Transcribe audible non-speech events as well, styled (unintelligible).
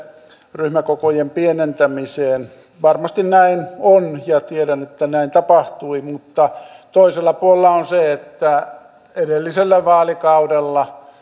ryhmäkokojen pienentämiseen varmasti näin on ja tiedän että näin tapahtui mutta toisella puolella on se että edellisellä vaalikaudella (unintelligible)